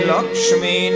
Lakshmi